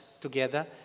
together